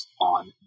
on